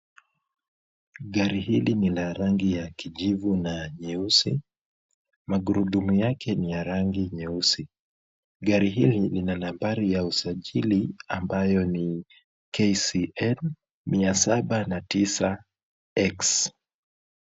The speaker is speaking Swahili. Gari hili ni la rangi ya kijivu na nyeusi. Magurudumu yake ni ya rangi nyeusi. Gari hili lina nambari ya usajili ambayo ni KCN 709X.